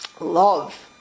love